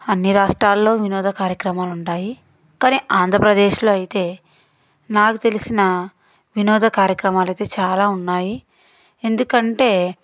అన్ని రాష్ట్రాల్లో వినోద కార్యక్రమాలు ఉంటాయి కానీ ఆంధ్రప్రదేశ్లో అయితే నాకు తెలిసిన వినోద కార్యక్రమాలు అయితే చాలా ఉన్నాయి ఎందుకంటే